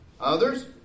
Others